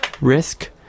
Risk